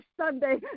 Sunday